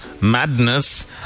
madness